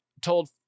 told